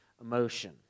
emotion